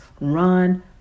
run